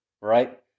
right